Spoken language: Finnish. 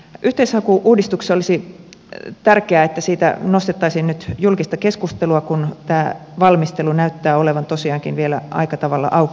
yhteishaku uudistuksessa olisi tärkeää että siitä nostettaisiin nyt julkista keskustelua kun tämä valmistelu näyttää olevan tosiaankin vielä aika tavalla auki